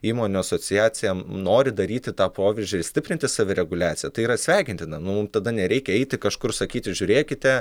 įmonių asociacija nori daryti tą proveržį ir stiprinti savireguliaciją tai yra sveikintina nu mum tada nereikia eiti kažkur sakyti žiūrėkite